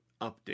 update